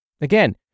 Again